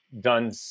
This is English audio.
done